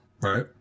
Right